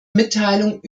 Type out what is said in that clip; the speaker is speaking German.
mitteilung